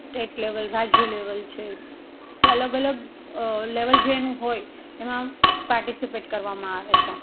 state level રાજ્ય level છે કે અલગ અલગ લેવલ જે એનું હોય એમાં પાર્ટીસપેટ કરવામાં આવે છે